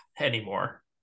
anymore